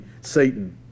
satan